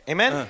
Amen